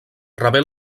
rebé